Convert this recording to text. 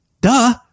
duh